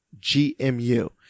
GMU